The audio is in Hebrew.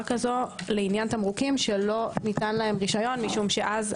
כזו לעניין תמרוקים שלא ניתן להם רשיון משום שאז,